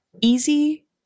easy